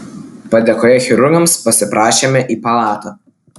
padėkoję chirurgams pasiprašėme į palatą